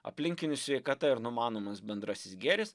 aplinkinių sveikata ir numanomas bendrasis gėris